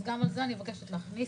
גם לזה אני מבקשת שהוועדה